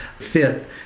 fit